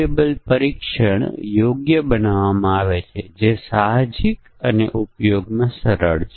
નિર્ણય ટેબલ પરીક્ષણના કેસોની આ સ્થિતિ માટે ડિઝાઇન કરવા પડશે